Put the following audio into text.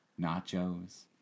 nachos